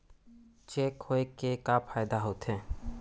Cheque होए के का फाइदा होथे?